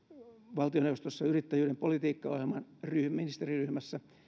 valtioneuvostossa yrittäjyyden politiikkaohjelman ministeriryhmässä